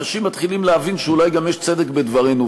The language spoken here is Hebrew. אנשים מתחילים להבין שאולי גם יש צדק בדברינו,